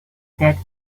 that